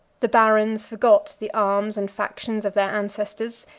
the barons forgot the arms and factions of their ancestors,